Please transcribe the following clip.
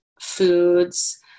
foods